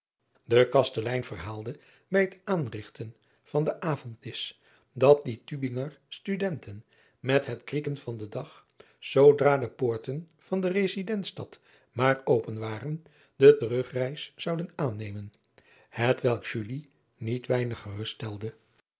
e kastelein verhaalde bij het aanrigten van den avonddisch dat die ubinger tudenten met het krieken van den dag zoodra de poorten van de esidentiestad maar open waren de terugreis zouden aannemen hetwelk niet weinig